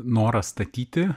noras statyti